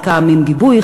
חלקן עם גיבוי,